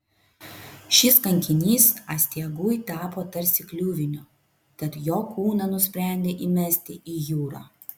šis kankinys astiagui tapo tarsi kliuviniu tad jo kūną nusprendė įmesti į jūrą